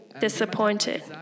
disappointed